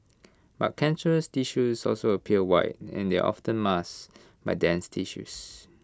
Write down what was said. but cancerous tissues also appear white and there often masked by dense tissues